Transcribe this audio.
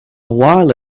while